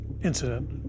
incident